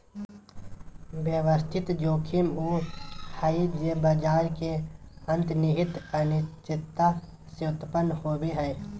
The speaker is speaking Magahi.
व्यवस्थित जोखिम उ हइ जे बाजार के अंतर्निहित अनिश्चितता से उत्पन्न होवो हइ